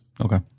Okay